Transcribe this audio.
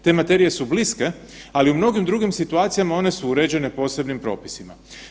Te materije su bliske, ali u mnogim drugim situacijama, one su uređene posebnim propisima.